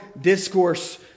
discourse